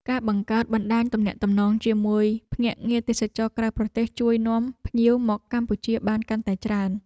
ការបង្កើតបណ្តាញទំនាក់ទំនងជាមួយភ្នាក់ងារទេសចរណ៍ក្រៅប្រទេសជួយនាំភ្ញៀវមកកម្ពុជាបានកាន់តែច្រើន។